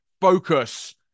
focus